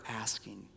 asking